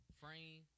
frame